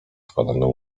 składanym